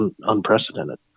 unprecedented